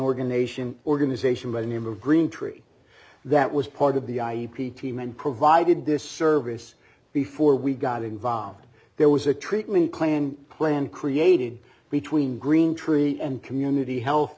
organization organization by the name of green tree that was part of the ip team and provided this service before we got involved there was a treatment plan plan created between green tree and community